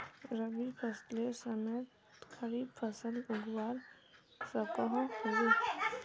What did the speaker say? रवि फसलेर समयेत खरीफ फसल उगवार सकोहो होबे?